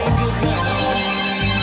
goodbye